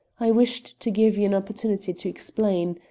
i wished to give you an opportunity to explain.